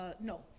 No